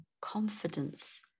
confidence